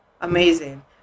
amazing